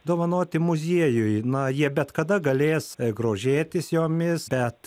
dovanoti muziejui na jie bet kada galės grožėtis jomis bet